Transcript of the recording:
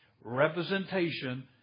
representation